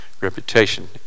reputation